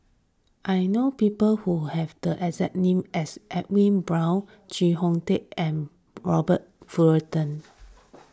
I know people who have the as name as Edwin Brown Chee Kong Tet and Robert Fullerton